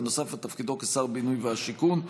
נוסף על תפקידו כשר הבינוי והשיכון.